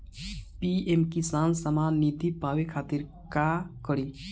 PM Kisan Samman Nidhi पावे खातिर का करी?